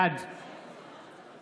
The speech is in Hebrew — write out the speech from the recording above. בעד